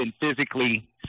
physically